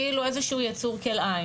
כאילו איזשהו ייצור כלאיים,